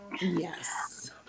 Yes